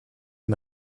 den